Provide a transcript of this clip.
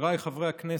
חבריי חברי הכנסת,